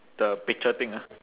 the picture thing ah